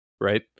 right